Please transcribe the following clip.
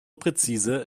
präzise